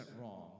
wrong